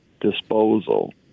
disposal